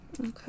okay